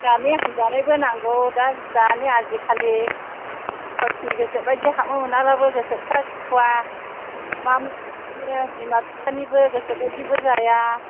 दानिया हामाजायबो नांगौ दा दानि आजिखालि गावसिनि गोसोबायदि हाबनो मोनब्लाबो गोसोफ्रा सुखुवा मा होनो बिमा बिफानिबो गोसो बायदिबो जाया